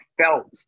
felt